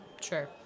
Sure